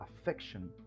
affection